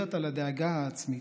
המתגברת על הדאגה העצמית":